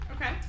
Okay